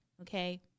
Okay